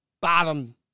bottom